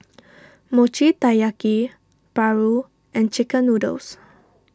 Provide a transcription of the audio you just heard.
Mochi Taiyaki Paru and Chicken Noodles